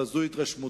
אבל זו התרשמותי.